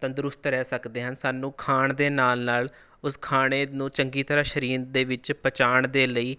ਤੰਦਰੁਸਤ ਰਹਿ ਸਕਦੇ ਹਾਂ ਸਾਨੂੰ ਖਾਣ ਦੇ ਨਾਲ ਨਾਲ ਉਸ ਖਾਣੇ ਨੂੰ ਚੰਗੀ ਤਰ੍ਹਾਂ ਸਰੀਰ ਦੇ ਵਿੱਚ ਪਚਾਉਣ ਦੇ ਲਈ